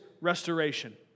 restoration